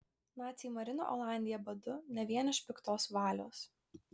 naciai marino olandiją badu ne vien iš piktos valios